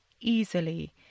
easily